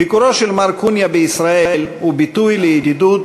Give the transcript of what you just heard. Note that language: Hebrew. ביקורו של מר קוניה בישראל הוא ביטוי לידידות